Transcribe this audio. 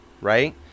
right